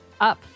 Up